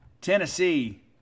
Tennessee